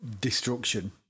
destruction